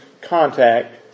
contact